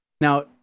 Now